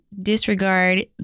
disregard